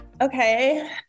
Okay